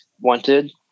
wanted